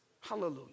Hallelujah